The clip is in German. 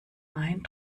mein